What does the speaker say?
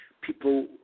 people